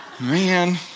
man